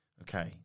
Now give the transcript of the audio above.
Okay